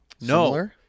No